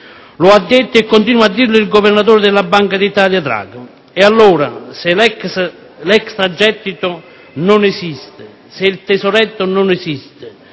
l'ha detto e continua a dirlo il governatore della Banca d'Italia Draghi. Allora, se l'extragettito non esiste, se il tesoretto non esiste,